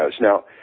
Now